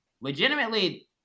legitimately